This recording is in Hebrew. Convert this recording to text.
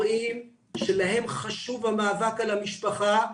-- שלהם חשוב המאבק על המשפחה,